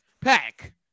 Pack